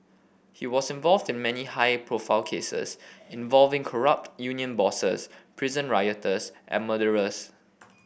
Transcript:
he was involved in many high profile cases involving corrupt union bosses prison rioters and murderers